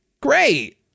great